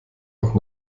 auch